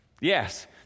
Yes